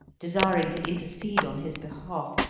desiring to intercede on his behalf,